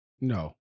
No